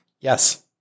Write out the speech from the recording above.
Yes